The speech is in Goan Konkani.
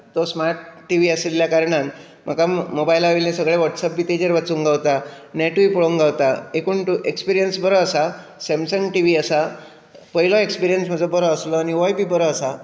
तो स्मार्ट टिवी आशिल्ल्या कारणान म्हाका मोबायला वयलें सगळें वॉट्सएप बी ताजेर वाचूंक गावता नॅटूय पळोवंक गावता एकूण तो एक्सपिरियंस बरो आसा सॅमसंग टिवी आसा पयलो एक्सपिरियंस म्हाजो बरो आसलो आनी होय बी बरो आसा